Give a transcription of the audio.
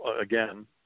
again